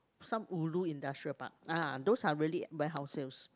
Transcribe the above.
some ulu industrial park ah those are really warehouse sales